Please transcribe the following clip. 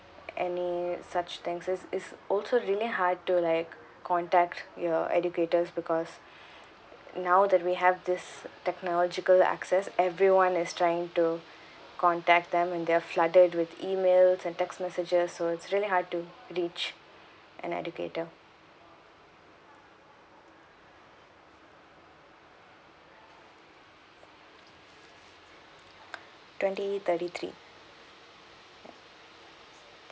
any such things it's it's also really hard to like contact your educators because now that we have this technological access everyone is trying to contact them and they are flooded with emails and text messages so it's really hard to reach an educator twenty thirty-three ya